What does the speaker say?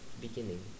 beginning